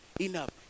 enough